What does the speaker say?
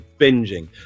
binging